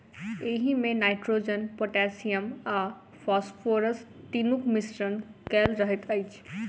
एहिमे nitrogen, potassium आ phosphorus तीनूक मिश्रण कएल रहैत अछि